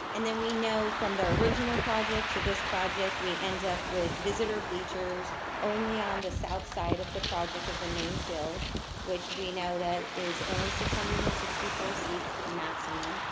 and then we know from the original project to this project, we end up with visitor bleachers only on the south side of the project of the main field which we know that is only six hundred and sixty four seats maximum.